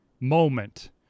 moment